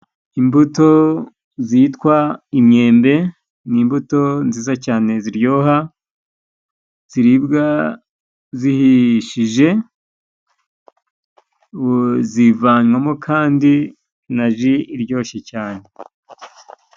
Imbuto zitwa imyembe ni imbuto nziza cyane ziryoha. Ziribwa zihishije, zivanywamo kandi na ji iryoshye cyane.